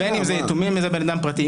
בין אם זה יתומים ובין אם זה בן אדם פרטי,